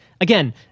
Again